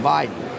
Biden